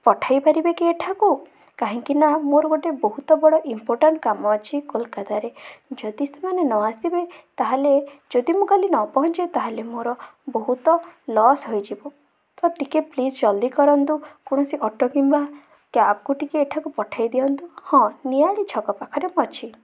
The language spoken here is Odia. ପଠାଇପାରିବେ କି ଏଠାକୁ କାହିଁକିନା ମୋର ଗୋଟେ ବହୁତ ବଡ଼ ଇମ୍ପୋର୍ଟାଣ୍ଟ୍ କାମ ଅଛି କୋଲକାତାରେ ଯଦି ସେମାନେ ନଆସିବେ ତାହେଲେ ଯଦି ମୁଁ କାଲି ନ ପହଞ୍ଚେ ତାହେଲେ ମୋର ବହୁତ ଲସ୍ ହୋଇଯିବ ତ ଟିକେ ପ୍ଳିଜ୍ ଜଲ୍ଦି କରନ୍ତୁ କୌଣସି ଅଟୋ କିମ୍ବା କାର୍ କୁ ଟିକେ ଏଠାକୁ ପଠେଇଦିଅନ୍ତୁ ହଁ ନିଆଳି ଛକ ପାଖରେ ମୁଁ ଅଛି